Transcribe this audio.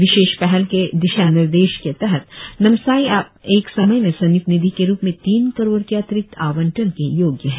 विशेष पहल के दिशानिर्देश के तहत नामसाई अब एक समय में संयुक्त निधि के रुप में तीन करोड़ के अतिरिक्त आवंटन के योग्य है